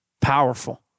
Powerful